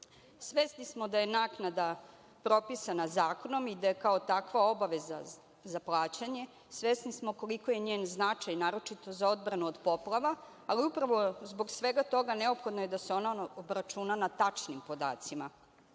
smo da je naknada propisana zakonom i da je kao takva obaveza za plaćanje. Svesni smo koliki je njen značaj, naročito za odbranu od poplava. Ali, upravo zbog svega toga, neophodno je da se ona obračuna na tačnim podacima.